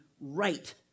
right